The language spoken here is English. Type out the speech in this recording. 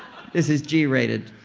this is g rated.